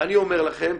ואני אומר לכם,